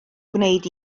gwneud